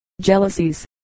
jealousies